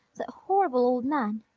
that horrible old man!